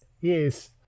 Yes